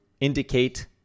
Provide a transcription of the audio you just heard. indicate